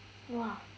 !wah!